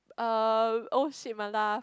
uh oh shit my laugh